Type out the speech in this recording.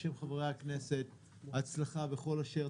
בשם חברי הכנסת הצלחה בכל אשר